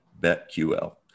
BetQL